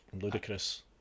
Ludicrous